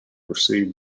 received